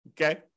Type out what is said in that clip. okay